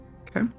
Okay